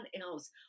else